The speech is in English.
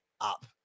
up